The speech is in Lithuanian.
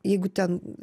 jeigu ten